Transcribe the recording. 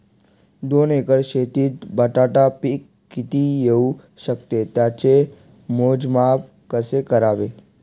दोन एकर शेतीत बटाटा पीक किती येवू शकते? त्याचे मोजमाप कसे करावे?